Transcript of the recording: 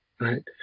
right